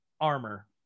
armor